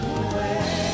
away